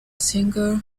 singer